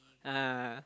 (uh huh)